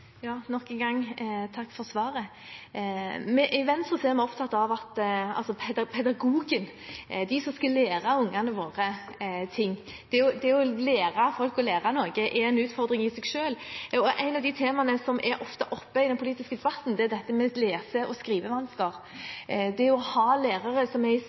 Nok en gang takk for svaret. I Venstre er vi opptatt av pedagogene, de som skal lære ungene våre ting. Det å lære folk å lære noe er en utfordring i seg selv, og et av de temaene som ofte er oppe i den politiske debatten, er lese- og skrivevansker. Det å ha lærere som er i